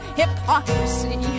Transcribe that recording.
hypocrisy